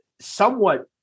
somewhat